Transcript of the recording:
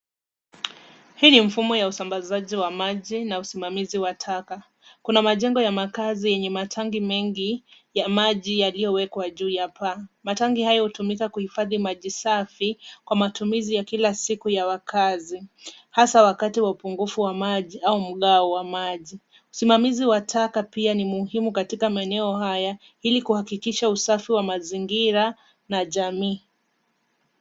Hii ni mfumo ya usambazaji wa maji na usimamizi wa taka. Kuna majengo ya makaazi yenye matangi mengi ya maji yaliyowekwa juu ya paa. Matangi haya hutumika kuhifadhi maji safi kwa matumizi ya kila siku ya wakaazi, hasa wakati wa upungufu wa maji au mgao wa maji. Usimamizi wa taka pia ni muhimu katika maeneo haya ili kuhakikisha usafi wa mazingira na jamii.